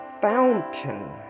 fountain